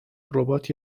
ربات